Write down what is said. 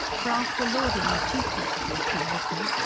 for after lauding the cheapness of the establishment,